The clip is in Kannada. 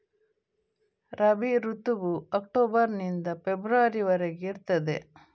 ರಬಿ ಋತುವು ಅಕ್ಟೋಬರ್ ನಿಂದ ಫೆಬ್ರವರಿ ವರೆಗೆ ಇರ್ತದೆ